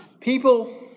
People